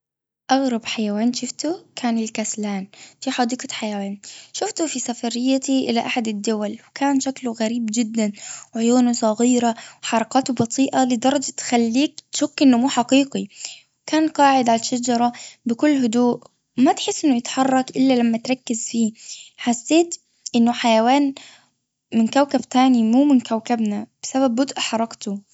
أغرب حيوان شفته كان الكسلان في حديقة حيوان.شوفتي في سفرية إلي أحدي الدول وكان شكله غريب جدا عيونه صغيرة وحركاته بطيئة لدرجة تخليك تشك أنه مو حقيقي. كان قاعد على الشجرة بكل هدوء ما تحس أنه يتحرك الا لما تركز فيه حسيت أنه حيوان من كوكب تاني مو من كوكبنا بسبب بطء حركته.